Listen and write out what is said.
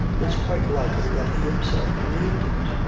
it's quite likely that he himself believed it.